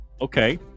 okay